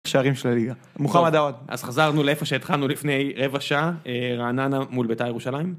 שערים של הליגה. מוחמד עווד. אז חזרנו לאיפה שהתחלנו לפני רבע שעה, רעננה מול בית"ר ירושלים.